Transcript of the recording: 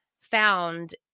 found